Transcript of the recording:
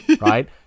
right